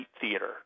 theater